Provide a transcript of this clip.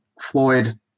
Floyd